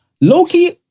Loki